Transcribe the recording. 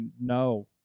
no